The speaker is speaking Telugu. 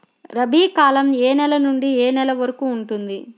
రబీ కాలం ఏ నెల నుండి ఏ నెల వరకు ఉంటుంది?